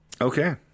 Okay